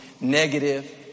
negative